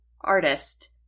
artist